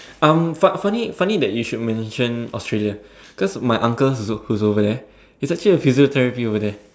um fu~ funny funny that you should mention Australia because my uncle whose over there he's actually a physiotherapy over there